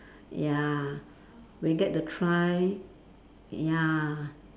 ya we get to try ya